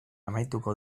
amaituko